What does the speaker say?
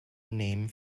name